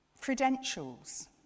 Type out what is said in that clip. credentials